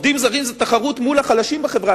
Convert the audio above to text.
עובדים זרים זה תחרות מול החלשים בחברה,